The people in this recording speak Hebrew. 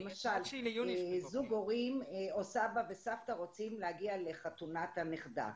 למשל זוג הורים או סבא וסבתא רוצים להגיע לחתונת הנכדה,